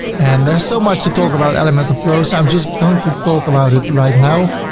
and there's so much to talk about elementor pro, so i'm just going to talk about it right now.